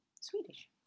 Swedish